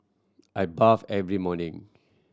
I bath every morning